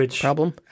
problem